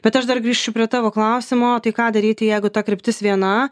bet aš dar grįšiu prie tavo klausimo tai ką daryti jeigu ta kryptis viena